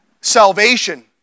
salvation